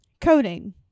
coding